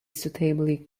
suitably